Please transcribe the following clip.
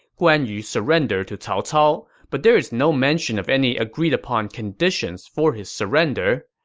guan yu surrendered to cao cao, but there is no mention of any agreed-upon conditions for his surrender,